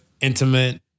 intimate